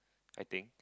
I think